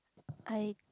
I